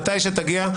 מתי שתגיע,